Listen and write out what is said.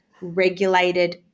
regulated